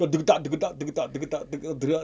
so